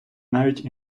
навіть